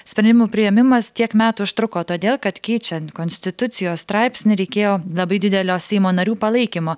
sprendimų priėmimas tiek metų užtruko todėl kad keičiant konstitucijos straipsnį reikėjo labai didelio seimo narių palaikymo